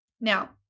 Now